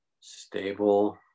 stable